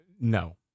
No